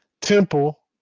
Temple